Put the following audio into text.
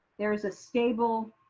there is a stable,